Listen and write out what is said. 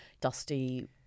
dusty